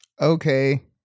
Okay